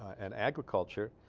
and agriculture ah.